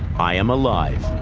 i am alive.